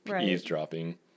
eavesdropping